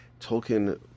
Tolkien